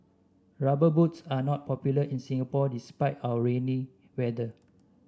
rubber boots are not popular in Singapore despite our rainy weather